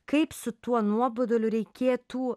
kaip su tuo nuoboduliu reikėtų